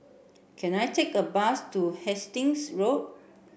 can I take a bus to Hastings Road